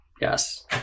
yes